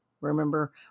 Remember